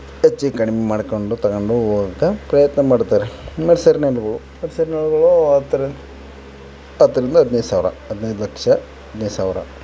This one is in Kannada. ಹೆಚ್ಚು ಕಡಿಮೆ ಮಾಡ್ಕೊಂಡು ತಗೊಂಡು ಹೋಗಾಕೆ ಪ್ರಯತ್ನ ಮಾಡ್ತಾರೆ ಹತ್ತರಿಂದ ಹತ್ತರಿಂದ ಹದಿನೈದು ಸಾವಿರ ಹದಿನೈದು ಲಕ್ಷ ಹದಿನೈದು ಸಾವಿರ